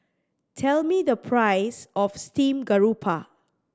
tell me the price of steamed garoupa